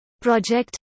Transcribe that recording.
project